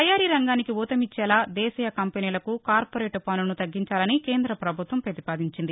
తయారీ రంగానికి ఊతమిచ్చేలా దేశీయ కంపెనీలకు కార్పొరేట్ పన్నును తగ్గించాలని కేంద్ర ప్రభుత్వం ప్రతిపాదించింది